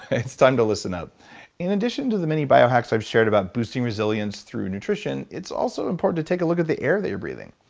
it's time to listen up in addition to the many bio-hacks i've shared about boosting resilience through nutrition, it's also important to take a look at the air that you're breathing.